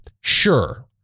Sure